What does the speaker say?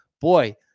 boy